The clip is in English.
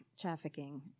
trafficking